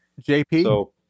JP